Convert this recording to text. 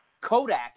Kodak